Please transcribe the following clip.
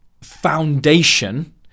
foundation